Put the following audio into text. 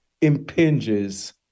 impinges